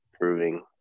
proving